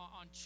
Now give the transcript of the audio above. on